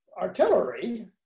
artillery